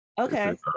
Okay